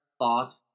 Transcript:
thought